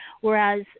Whereas